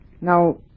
now